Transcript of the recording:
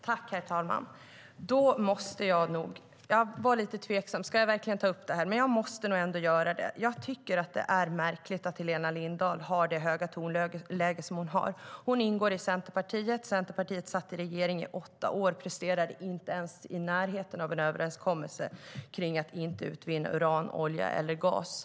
Herr ålderspresident! Jag var lite tveksam om jag verkligen skulle ta upp det här, men jag måste ändå göra det. Jag tycker att det är märkligt att Helena Lindahl har ett sådant högt tonläge. Hon ingår i Centerpartiet. Centerpartiet satt i regeringen i åtta år och presenterade inte ens i närheten av en överenskommelse om att inte utvinna uran, olja eller gas.